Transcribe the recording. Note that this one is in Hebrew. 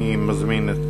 אני מזמין את